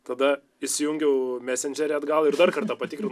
tada įsijungiau mesendžerį atgal ir dar kartą patikrinau